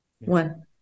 One